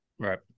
Right